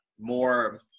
more